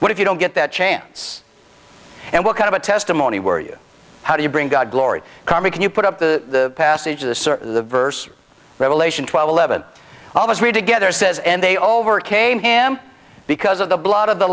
what if you don't get that chance and what kind of a testimony were you how do you bring god glory karma can you put up the passage of the search the verse revelation twelve eleven all of us read together says and they overcame him because of the blood of the